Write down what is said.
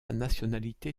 nationalité